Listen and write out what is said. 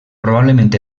probablement